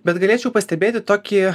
bet galėčiau pastebėti tokį